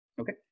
Okay